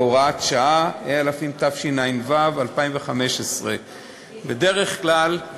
הוראת שעה), התשע"ו 2015. בדרך כלל,